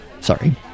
sorry